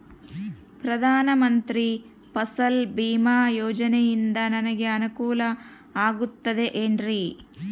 ಪ್ರಧಾನ ಮಂತ್ರಿ ಫಸಲ್ ಭೇಮಾ ಯೋಜನೆಯಿಂದ ನನಗೆ ಅನುಕೂಲ ಆಗುತ್ತದೆ ಎನ್ರಿ?